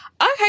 okay